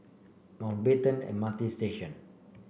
Mountbatten M R T Station